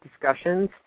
discussions